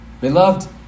Beloved